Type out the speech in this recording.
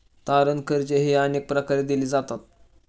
तारण कर्जेही अनेक प्रकारे दिली जातात